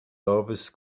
always